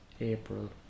april